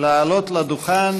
לעלות לדוכן.